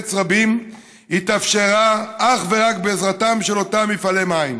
ארץ רבים התאפשרו אך ורק בעזרת אותם מפעלי מים.